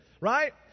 Right